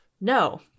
No